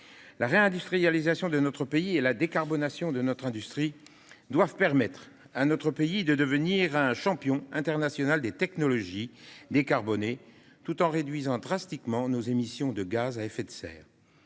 La réindustrialisation de notre pays et la décarbonation de notre industrie doivent permettre à la France de devenir un champion international des technologies décarbonées, tout en réduisant drastiquement nos émissions de gaz à effet de serre.